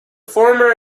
former